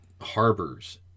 harbors